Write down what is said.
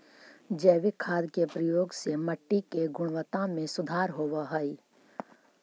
जैविक खाद के प्रयोग से मट्टी के गुणवत्ता में सुधार होवऽ हई